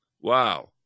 wow